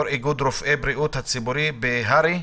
יו"ר איגוד רופאי בריאות הציבור בהר"י,